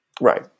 Right